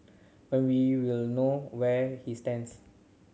then we will know where he stands